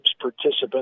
participants